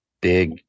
big